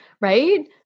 right